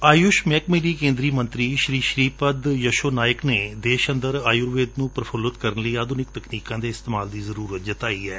ਆਯੁਸ਼ ਮਹਿਕਮੇ ਲਈ ਕੇਂਦਰੀ ਮੰਤਰੀ ਸ੍ਰੀ ਸ੍ਰੀਪਦ ਯਾਸੋ ਨਾਇਕ ਨੇ ਦੇਸ਼ ਅੰਦਰ ਆਯੁਰਵੇਦ ਨੁੰ ਪ੍ਰਫੁਲਿਤ ਕਰਨ ਲਈ ਆਧੁਨਿਕ ਤਕਨੀਕਾਂ ਦੇ ਇਸਤੇਮਾਲ ਦੀ ਜ਼ਰੁਰਤ ਜਤਾਈ ਏ